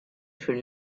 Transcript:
fear